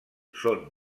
són